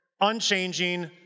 unchanging